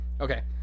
Okay